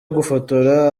gufotora